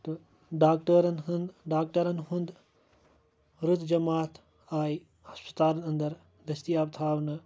تہٕ ڈاکٹٲرن ہُنٛد ڈاکٹرَن ہُنٛد رٕژ جَماعت آیہِ ہَسپَتالَن اَندَر دٔستِیاب تھاونہٕ